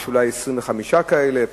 ויש אולי 25 כאלה,